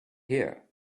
here